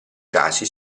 casi